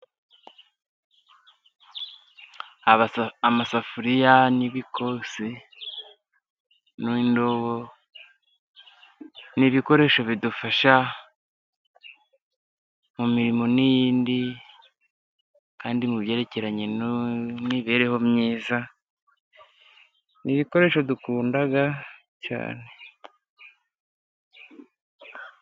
Amasafuriya ,ibikombe n'indobo ni ibikoresho bidufasha mu mirimo myinshi. Kandi mu byerekeranye n'imibereho myiza, ni ibikoresho dukunda cyane.